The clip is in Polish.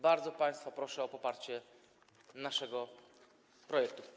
Bardzo państwa proszę o poparcie naszego projektu.